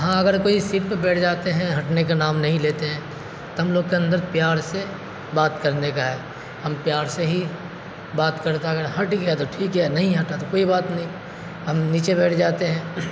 ہاں اگر کوئی سیٹ پہ بیٹھ جاتے ہیں ہٹنے کا نام نہیں لیتے ہیں تو ہم لوگ کے اندر پیار سے بات کرنے کا ہے ہم پیار سے ہی بات کرتا ہے اگر ہٹ گیا تو ٹھیک ہے نہیں ہٹا تو کوئی بات نہیں ہم نیچے بیٹھ جاتے ہیں